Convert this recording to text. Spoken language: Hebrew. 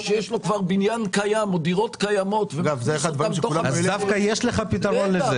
שיש לו כבר בניין קיים או דירות קיימות -- דווקא לזה יש לך פתרון.